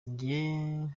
njye